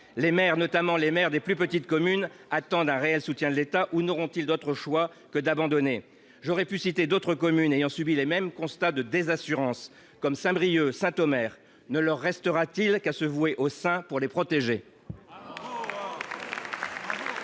Les maires, notamment ceux des plus petites communes, attendent un réel soutien de l’État. Sinon, ils n’auront d’autre choix que d’abandonner. J’aurais pu citer d’autres communes ayant subi les mêmes constats de désassurance, comme Saint Brieuc ou Saint Omer. Ne leur restera t il qu’à se vouer aux saints pour se protéger ?